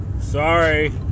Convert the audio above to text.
Sorry